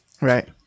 Right